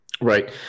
Right